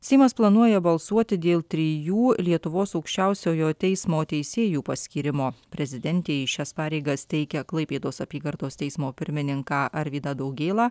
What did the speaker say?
seimas planuoja balsuoti dėl trijų lietuvos aukščiausiojo teismo teisėjų paskyrimo prezidentė į šias pareigas teikia klaipėdos apygardos teismo pirmininką arvydą daugėlą